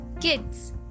Kids